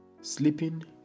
Sleeping